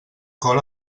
cor